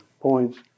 points